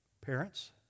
parents